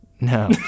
No